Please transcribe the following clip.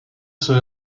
sur